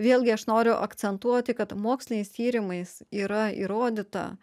vėlgi aš noriu akcentuoti kad moksliniais tyrimais yra įrodyta